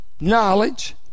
knowledge